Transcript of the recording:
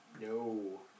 No